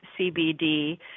CBD